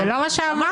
זה לא מה שאמרת.